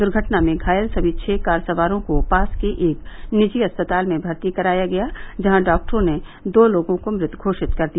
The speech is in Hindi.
दुर्घटना में घायल सभी छः कार सवारों को पास के एक निजी अस्पताल में भर्ती कराया गया जहां डॉक्टरों ने दो लोगों को मृत घोषित कर दिया